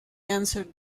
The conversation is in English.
answered